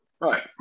Right